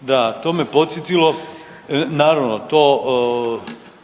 da to me podsjetilo, naravno to